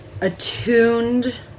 attuned